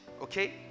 okay